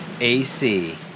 AC